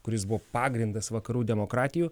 kuris buvo pagrindas vakarų demokratijų